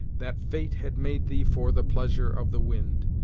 that fate had made thee for the pleasure of the wind,